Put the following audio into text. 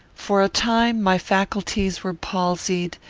for a time my faculties were palsied,